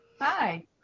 Hi